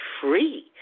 free